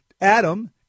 Adam